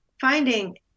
finding